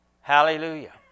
Hallelujah